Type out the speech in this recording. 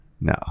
No